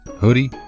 hoodie